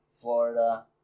Florida